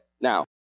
Now